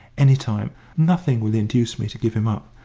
any time. nothing will induce me to give him up,